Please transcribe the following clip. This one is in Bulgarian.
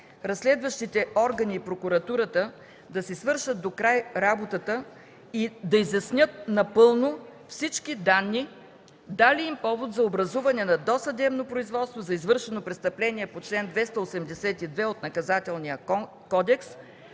разследващите органи и прокуратурата да си свършат докрай работата – да изяснят напълно всички данни, дали има повод за образуване на досъдебно производство за извършено престъпление по чл. 282 от Наказателния кодекс